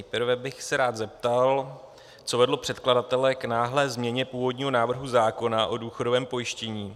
Nejprve bych se rád zeptal, co vedlo předkladatele k náhlé změně původního návrhu zákona o důchodovém pojištění.